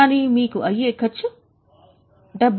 కానీ మీకు అయ్యే ఖర్చు 70000